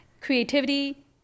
creativity